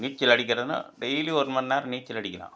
நீச்சல் அடிக்கிறதுன்னா டெய்லி ஒரு மணிநேர நீச்சல் அடிக்கலாம்